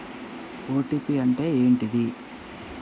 OTP అంటే ఏంటిది?